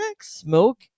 smoke